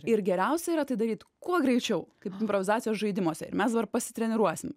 ir geriausia yra tai daryt kuo greičiau kaip improvizacijos žaidimuose ir mes dabar pasitreniruosim